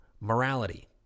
morality